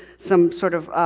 some sort of